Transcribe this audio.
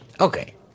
Okay